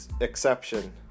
exception